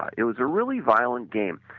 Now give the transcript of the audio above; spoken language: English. it was a really violent game,